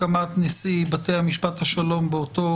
הסיפור של השלוש שנים הוא רק לאותו